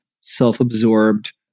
self-absorbed